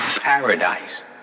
paradise